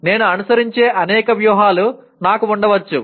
నేను అనుసరించే అనేక వ్యూహాలు నాకు ఉండవచ్చు